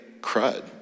crud